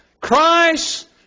Christ